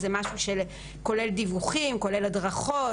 הסל הזה הוא משהו שכולל דיווחים, כולל הדרכות.